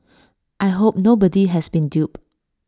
I hope nobody has been duped